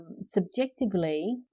subjectively